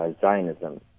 zionism